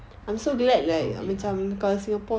so big lah